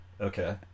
okay